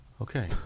Okay